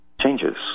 changes